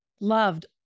loved